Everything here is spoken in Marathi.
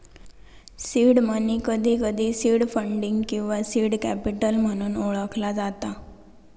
सीड मनी, कधीकधी सीड फंडिंग किंवा सीड कॅपिटल म्हणून ओळखला जाता